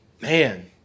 Man